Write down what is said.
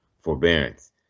forbearance